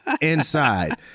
inside